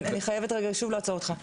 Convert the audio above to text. אני חייבת רגע שוב לעצור אותך.